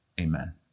Amen